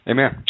Amen